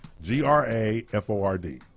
G-R-A-F-O-R-D